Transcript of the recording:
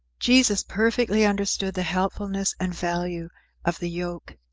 jesus perfectly understood the helpfulness and value of the yoke.